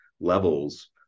levels